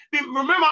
Remember